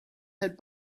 had